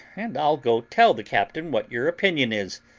and i'll go tell the captain what your opinion is,